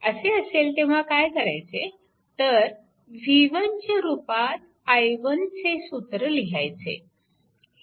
असे असेल तेव्हा काय करायचे तर v1 च्या रूपात i1चे सूत्र लिहायचे